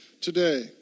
today